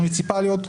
מוניציפליות,